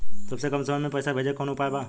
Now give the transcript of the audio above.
सबसे कम समय मे पैसा भेजे के कौन उपाय बा?